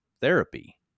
therapy